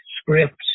scripts